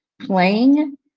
playing